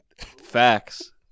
Facts